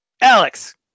Alex